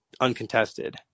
uncontested